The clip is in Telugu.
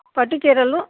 పట్టు చీరలు